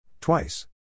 Twice